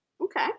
Okay